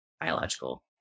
biological